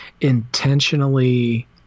intentionally